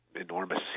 enormous